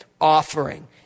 offering